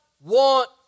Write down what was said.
want